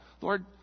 Lord